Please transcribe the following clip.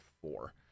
four